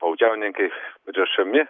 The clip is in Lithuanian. baudžiauninkais rišami